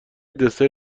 دسر